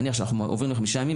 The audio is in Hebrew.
נניח שאנחנו עוברים לחמישה ימים,